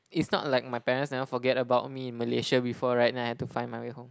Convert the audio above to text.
it's not like my parents never forget about me in Malaysia before right then I have to find my way home